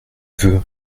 veux